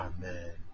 Amen